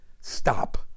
stop